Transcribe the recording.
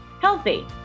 healthy